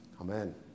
Amen